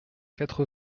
quatre